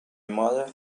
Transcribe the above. mother